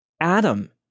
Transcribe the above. Adam